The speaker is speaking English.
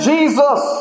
Jesus